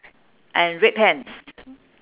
and red pants